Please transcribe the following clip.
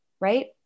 right